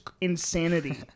insanity